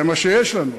זה מה שיש לנו.